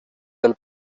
del